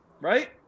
right